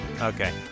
Okay